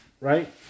right